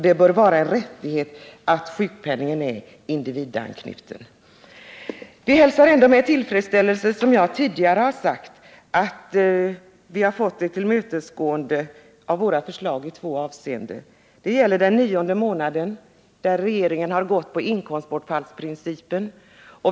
Det bör vara en rättighet att sjukpenningen är individanknuten. Vi hälsar ändå med tillfredsställelse, som jag tidigare har sagt, att vårt förslag har tillgodosetts i två avseenden. Det gäller den nionde månaden, där regeringen har gått på inkomstbortfallsprincipen.